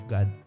God